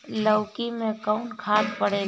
लौकी में कौन खाद पड़ेला?